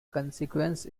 consequence